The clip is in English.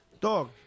Dog